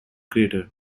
crater